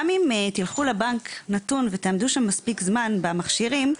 גם אם תלכו לבנק נתון ותעמדו שם מספיק זמן במכשירים,